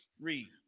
Read